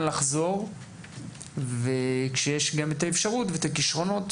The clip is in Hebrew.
לחזור ויש גם את האפשרות ואת הכישרונות